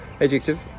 adjective